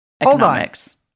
economics